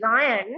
design